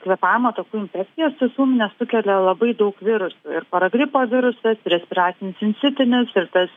kvėpavimo takų infekcijas tas ūmines sukelia labai daug virusų ir paragripo virusas respiracinis sincitinis ir tas